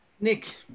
Nick